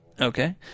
Okay